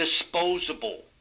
disposable